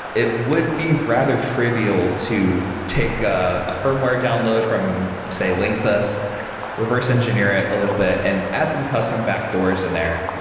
it would be rather trivial to take ah a firmware download from say linksys, reverse-engineer it a little bit and add some custom backdoors in there,